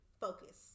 focus